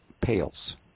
pails